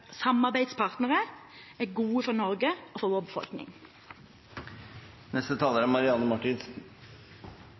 samarbeidspartnere er gode for Norge og for vår befolkning. Aller først må jeg si at jeg er